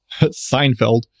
Seinfeld